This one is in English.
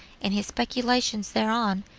and his speculations thereon,